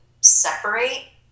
separate